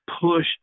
push